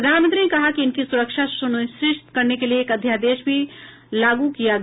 प्रधानमंत्री ने कहा कि इनकी सुरक्षा सुनिश्चित करने के लिए एक अध्यादेश भी लागू किया गया